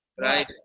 Right